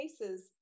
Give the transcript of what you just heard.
cases